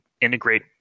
integrate